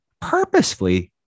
purposefully